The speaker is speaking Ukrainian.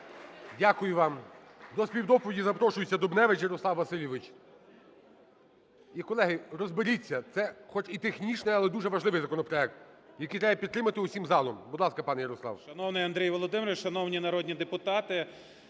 Дякую вам. До співдоповіді запрошується Дубневич Ярослав Васильович. І, колеги, розберіться. Це хоча й технічний, але дуже важливий законопроект, який треба підтримати всім залом. Будь ласка, пане Ярослав. 17:16:45 ДУБНЕВИЧ Я.В. Шановний Андрій Володимирович, шановні народні депутати!